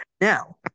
Now